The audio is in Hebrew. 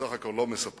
בסך הכול לא מספקים.